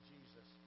Jesus